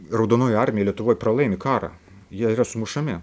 raudonoji armija lietuvoj pralaimi karą jie yra sumušami